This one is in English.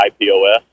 IPOS